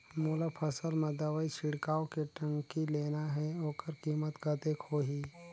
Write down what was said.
मोला फसल मां दवाई छिड़काव के टंकी लेना हे ओकर कीमत कतेक होही?